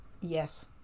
Yes